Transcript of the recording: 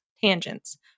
tangents